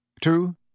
two